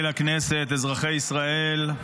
לכנסת, אזרחי ישראל,